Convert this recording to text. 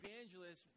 evangelists